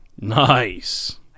Nice